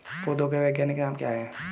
पौधों के वैज्ञानिक नाम क्या हैं?